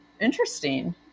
Interesting